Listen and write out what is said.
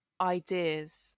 ideas